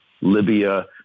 Libya